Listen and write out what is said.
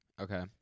Okay